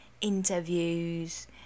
interviews